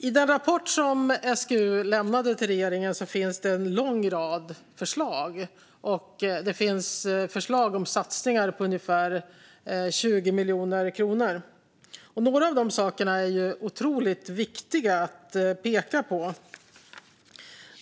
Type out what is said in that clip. I den rapport som SGU lämnade till regeringen finns en lång rad förslag. Det finns förslag om satsningar på ungefär 20 miljoner kronor. Några av de sakerna är otroligt viktiga att peka på.